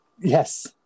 yes